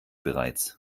bereits